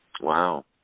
Wow